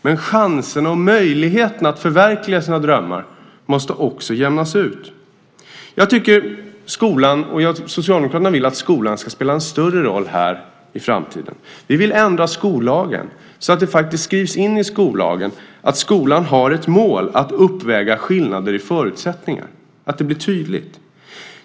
Men chanserna och möjligheterna att förverkliga sina drömmar måste också jämnas ut. Här vill Socialdemokraterna att skolan ska spela en större roll i framtiden. Vi vill ändra skollagen så att det faktiskt skrivs in i skollagen att skolan har ett mål att uppväga skillnader i förutsättningar och att det blir tydligt.